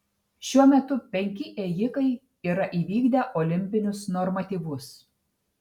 šiuo metu penki ėjikai yra įvykdę olimpinius normatyvus